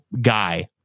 guy